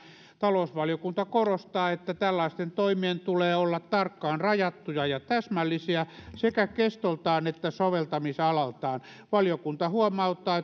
talousvaliokunta korostaa että tällaisten toimien tulee olla tarkkaan rajattuja ja täsmällisiä sekä kestoltaan että soveltamis alaltaan valiokunta huomauttaa